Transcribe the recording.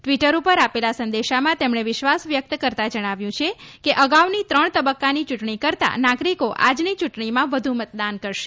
Twitter આપેલા સંદેશામાં તેમણે વિશ્વાસ વ્યક્ત કરતાં જણાવ્યું છે કે અગાઉની ત્રણ તબક્કાની ચૂંટણી કરતા નાગરિકો આજની ચૂંટણીમાં વધુ મતદાન કરશે